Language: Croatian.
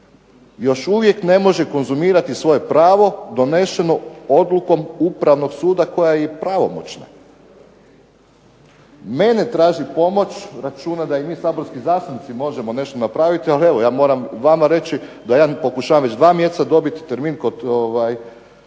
još uvijek ne može konzumirati svoje pravo donešeno odlukom Upravnog suda koja je i pravomoćna. Mene traži pomoć, računa da i mi saborski zastupnici možemo nešto napraviti. Ali evo, ja moram vama reći da ja pokušavam već dva mjeseca dobiti termin kod